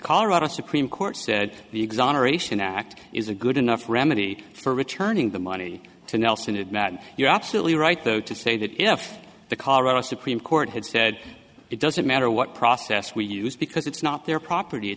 colorado supreme court said the exoneration act is a good enough remedy for returning the money to nelson and matt you're absolutely right though to say that if the colorado supreme court had said it doesn't matter what process we use because it's not their property